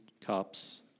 cups